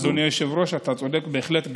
אדוני היושב-ראש, אתה צודק בהחלט.